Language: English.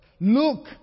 Look